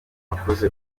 wakoze